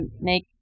make